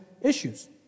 issues